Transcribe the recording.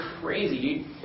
crazy